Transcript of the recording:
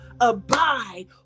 abide